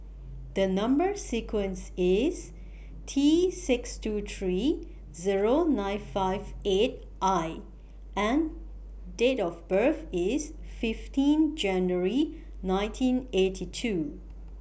Number sequence IS T six two three Zero nine five eight I and Date of birth IS fifteen January nineteen eighty two